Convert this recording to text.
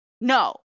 No